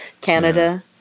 Canada